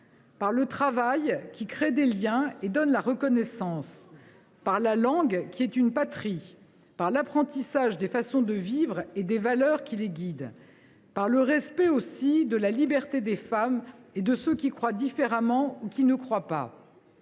par le travail, qui crée des liens et donne de la reconnaissance ; par la langue, qui est une patrie ; par l’apprentissage des façons de vivre et des valeurs qui les guident ; par le respect, aussi, de la liberté des femmes et de ceux qui croient différemment ou qui ne croient pas.